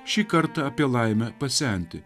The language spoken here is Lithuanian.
šį kartą apie laimę pasenti